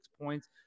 points